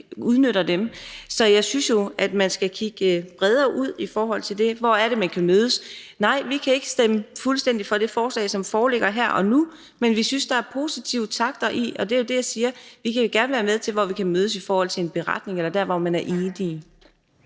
udnytte dem. Så jeg synes jo, at man skal kigge bredere ud i forhold til det og kigge på, hvad vi kan mødes om. Nej, vi kan ikke stemme fuldstændig for forslaget, som det foreligger her og nu, men vi synes, der er positive takter i det, og som jeg siger, vil vi gerne være med til at mødes om en beretning eller om at komme til